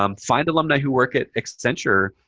um find alumni who work at accenture.